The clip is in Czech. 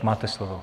Máte slovo.